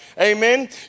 Amen